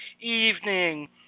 evening